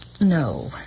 No